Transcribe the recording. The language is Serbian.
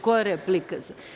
Koja replika?